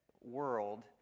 world